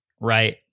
right